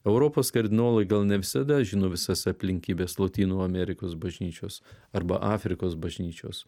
europos kardinolai gal ne visada žino visas aplinkybes lotynų amerikos bažnyčios arba afrikos bažnyčios